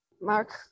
Mark